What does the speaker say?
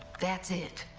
that's it?